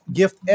gift